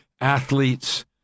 athletes